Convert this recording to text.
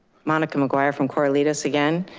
monica mcguire from corralitos again.